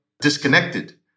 disconnected